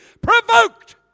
provoked